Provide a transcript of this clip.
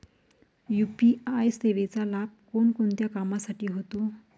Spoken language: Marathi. यू.पी.आय सेवेचा लाभ कोणकोणत्या कामासाठी होतो?